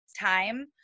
time